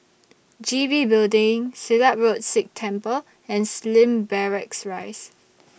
G B Building Silat Road Sikh Temple and Slim Barracks Rise